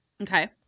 Okay